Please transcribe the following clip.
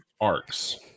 arcs